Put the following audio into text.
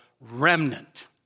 remnant